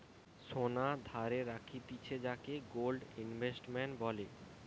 সোনা ধারে রাখতিছে যাকে গোল্ড ইনভেস্টমেন্ট বলে